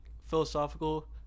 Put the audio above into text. philosophical